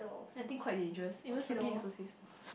I think quite dangerous even Sugee also say so